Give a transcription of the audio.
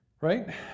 right